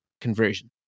conversion